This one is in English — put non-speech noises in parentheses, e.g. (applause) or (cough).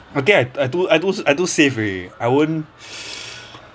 I think I too I too I too safe already I won't (breath)